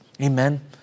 Amen